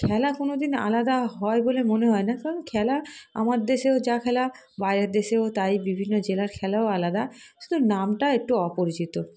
খেলা কোনো দিন আলাদা হয় বলে মনে হয় না কারণ খেলা আমার দেশেও যা খেলা বাইরের দেশেও তাই বিভিন্ন জেলার খেলাও আলাদা শুধু নামটা একটু অপরিচিত